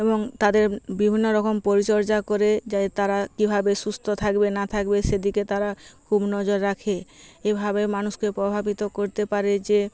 এবং তাদের বিভিন্ন রকম পরিচর্যা করে যায় তারা কীভাবে সুস্থ থাকবে না থাকবে সেদিকে তারা খুব নজর রাখে এভাবে মানুষকে প্রভাবিত করতে পারে যে